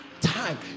time